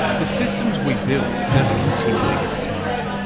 the systems we build just continue to get smarter.